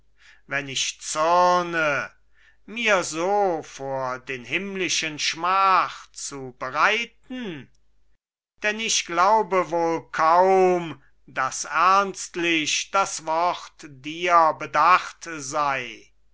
wenn ich zürne mir so vor den himmlischen schmach zu bereiten denn ich glaube wohl kaum daß ernstlich das wort dir bedacht sei